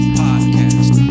podcast